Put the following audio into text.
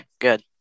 good